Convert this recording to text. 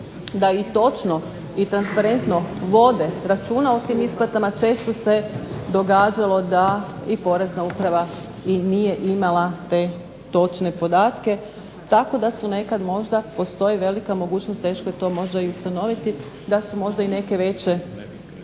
da i točno i transparentno vode račune o tim isplatama često se događalo da i porezna uprava i nije imala te točne podatke tako da su nekad možda, postoji velika mogućnost, teško je to možda i ustanoviti, da su možda i neke veće